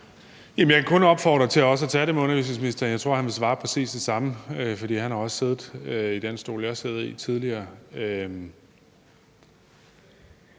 Jeg kan kun opfordre til også at tage det op med undervisningsministeren. Jeg tror, han vil svare præcis det samme, for han har også siddet i den stol, jeg sidder i, tidligere.